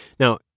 Now